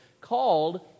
called